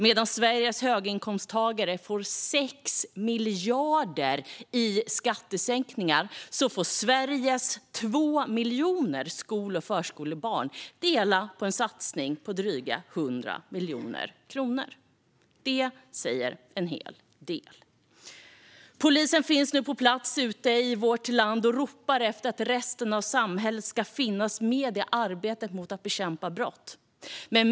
Medan Sveriges höginkomsttagare får 6 miljarder i skattesänkningar får Sveriges 2 miljoner skol och förskolebarn dela på en satsning på dryga 100 miljoner kronor. Det säger en hel del. Polisen finns på plats ute i vårt land och ropar efter att resten av samhället ska finnas med i arbetet med att bekämpa brott.